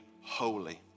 holy